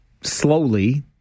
slowly